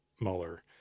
Mueller